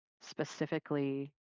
specifically